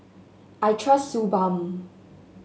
I trust Suu Balm